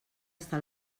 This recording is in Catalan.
està